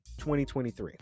2023